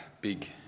big